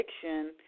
fiction